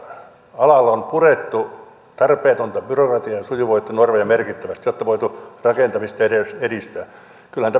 alalla on purettu tarpeetonta byrokratiaa sujuvoitettu normeja merkittävästi jotta on voitu rakentamista edistää kyllähän